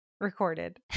recorded